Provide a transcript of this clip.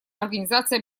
организации